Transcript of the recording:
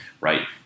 right